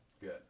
Good